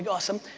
awesome,